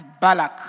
Balak